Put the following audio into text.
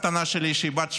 הבת הקטנה שלי, שהיא בת שמונה,